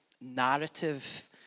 narrative